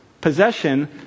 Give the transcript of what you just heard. possession